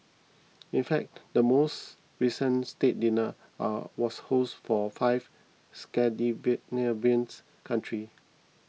in fact the most recent state dinner are was hosted for five Scandinavian country